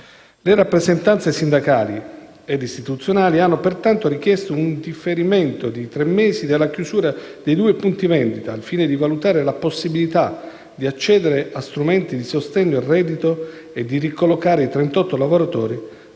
Le rappresentanze sindacali ed istituzionali hanno, pertanto, richiesto un differimento di tre mesi della chiusura dei due punti vendita al fine di valutare la possibilità di accedere a strumenti di sostegno al reddito e di ricollocare i 38 lavoratori